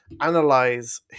analyze